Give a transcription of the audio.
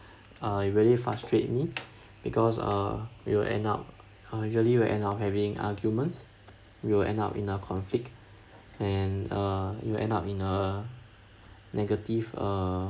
uh it really frustrated me because uh we will end up uh usually we'll end up having arguments will end up in a conflict and uh will end up in a negative uh